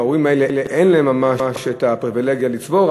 שההורים האלה אין להם ממש את הפריבילגיה לצבור,